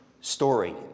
story